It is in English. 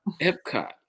epcot